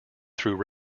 through